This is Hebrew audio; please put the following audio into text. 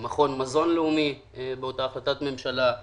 מכון מזון לאומי באותה החלטת ממשלה,